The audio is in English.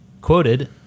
Quoted